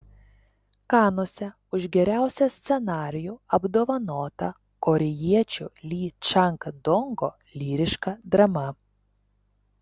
kanuose už geriausią scenarijų apdovanota korėjiečio ly čang dongo lyriška drama